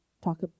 talk